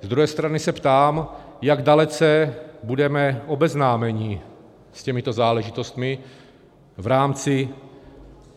Z druhé strany se ptám, jak dalece budeme obeznámeni s těmito záležitostmi v rámci